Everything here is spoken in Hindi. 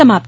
समाप्त